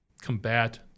combat